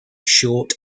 short